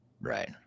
Right